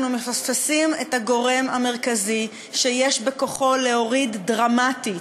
אנחנו מפספסים את הגורם המרכזי שיש בכוחו להוריד דרמטית,